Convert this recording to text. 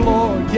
Lord